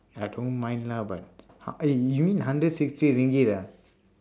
I don't mind lah but how eh you mean hundred sixty ringgit ah